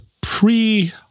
pre